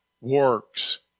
works